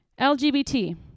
LGBT